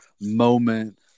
moment